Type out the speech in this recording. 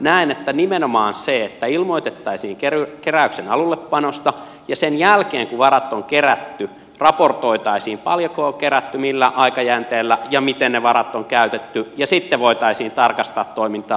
näen että paremmin toimisi nimenomaan se että ilmoitettaisiin keräyksen alullepanosta ja sen jälkeen kun varat on kerätty raportoitaisiin paljonko on kerätty millä aikajänteellä ja miten ne varat on käytetty ja sitten voitaisiin tarkastaa toimintaa